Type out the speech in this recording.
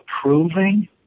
approving